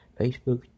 Facebook